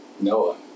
Noah